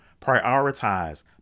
prioritize